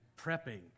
prepping